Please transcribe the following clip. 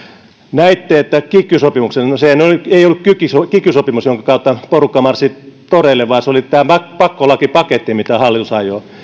näitte että kiky sopimuksen vuoksi no sehän ei ollut kiky sopimus jonka vuoksi porukka marssi toreille vaan se oli tämä pakkolakipaketti mitä hallitus ajoi